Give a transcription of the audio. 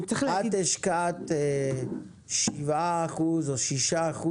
את השקעת 7% או 6%